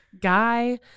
guy